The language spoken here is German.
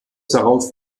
darauf